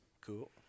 cool